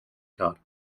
card